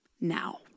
now